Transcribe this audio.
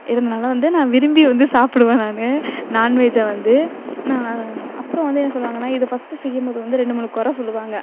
இருந்தனால் வந்து நான் விரும்பி வந்து சாப்பிடுவேன் நானு நான்வெஜ்ஜை வந்து நான் அப்புறம் வந்து என்ன சொல்வாங்கனா இதை பஸ்ட்டு செய்யும் போது வந்து ரெண்டு மூணு குற சொல்லுவாங்க